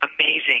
amazing